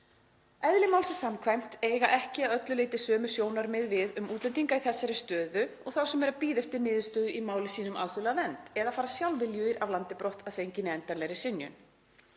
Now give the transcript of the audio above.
„Eðli málsins samkvæmt eiga ekki að öllu leyti sömu sjónarmið við um útlendinga í þessari stöðu og þá sem eru að bíða eftir niðurstöðu í máli sínu um alþjóðlega vernd eða fara sjálfviljugir af landi brott að fenginni endanlegri synjun.